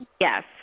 Yes